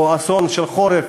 או אסון של חורף,